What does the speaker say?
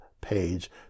page